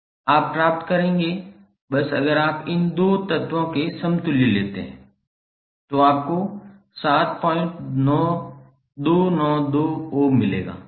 आप प्राप्त करेंगे बस अगर आप इन 2 तत्वों के समतुल्य लेते हैं तो आपको 7292 ओम मिलेगा